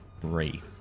Three